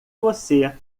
você